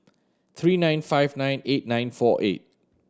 three nine five nine eight nine four eight